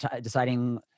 deciding